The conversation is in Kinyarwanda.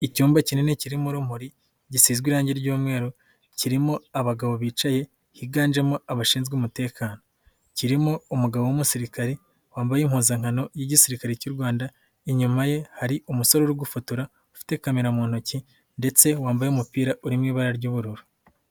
Icyumba kinini kirimo urumuri gisizwe irange ry'umweru, kirimo abagabo bicaye higanjemo abashinzwe umutekano, kirimo umugabo w'umusirikare wambaye impuzankano y'igisirikare cy'u Rwanda, inyuma ye hari umusore uri gufotora ufite kamera mu ntoki ndetse wambaye umupira uri mu ibara ry'ubururu.